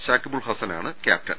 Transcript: ശാകിബുൽ ഹസനാണ് ക്യാപ്റ്റൻ